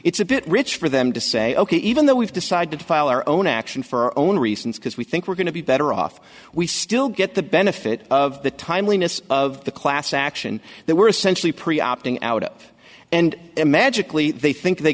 it's a bit rich for them to say ok even though we've decided to file our own action for our own reasons because we think we're going to be better off we still get the benefit of the timeliness of the class action that we're essentially pretty opting out of and magically they think they